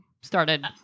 started